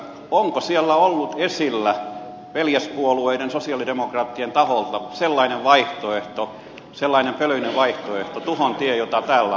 onko siellä euroopan neuvottelupöydissä ollut esillä veljespuolueiden sosialidemokraattien taholta sellainen vaihtoehto sellainen pölyinen vaihtoehto tuhon tie jota täällä on esitetty